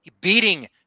beating